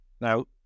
Now